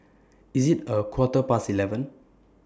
IS IT A Quarter Past eleven